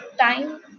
time